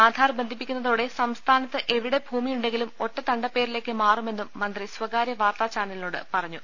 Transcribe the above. ആധാ്ർ ബന്ധിപ്പിക്കുന്നതോടെ സംസ്ഥാനത്ത് എവിടെ ഭൂമിയുണ്ടെങ്കിലും ഒറ്റ തണ്ടപ്പേരിലേക്ക് മാറു മെന്നും മന്ത്രി സ്വകാര്യ വാർത്താചാന്റ്ലിനോട് പറഞ്ഞു